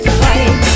fight